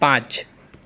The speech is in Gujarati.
પાંચ